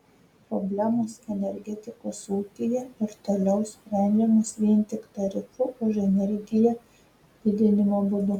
problemos energetikos ūkyje ir toliau sprendžiamos vien tik tarifų už energiją didinimo būdu